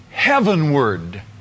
heavenward